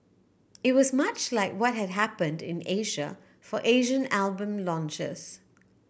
it was much like what had happened in Asia for Asian album launches